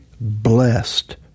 blessed